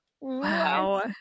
wow